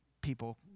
people